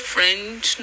French